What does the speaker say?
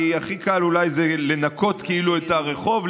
כי הכי קל אולי זה לנקות כאילו את הרחוב,